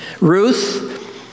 Ruth